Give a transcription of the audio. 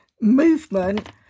movement